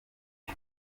new